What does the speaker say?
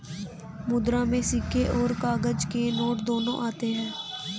मुद्रा में सिक्के और काग़ज़ के नोट दोनों आते हैं